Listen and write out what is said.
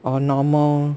or normal